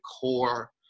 core